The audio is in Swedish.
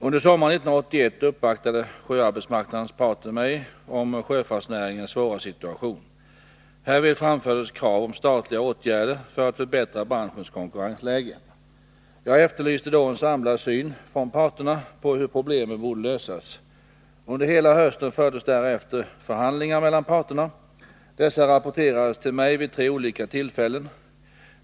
Under sommaren 1981 uppvaktade sjöarbetsmarknadens parter mig om sjöfartsnäringens svåra situation. Härvid framfördes krav om statliga åtgärder för att förbättra branschens konkurrensläge. Jag efterlyste då en samlad syn från parterna på hur problemen borde lösas. Under hela hösten fördes därefter förhandlingar mellan parterna. Dessa rapporterade till mig vid tre olika tillfällen.